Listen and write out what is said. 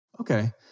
Okay